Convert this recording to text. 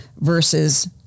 versus